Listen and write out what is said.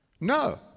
no